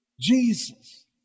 Jesus